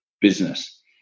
business